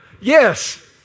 Yes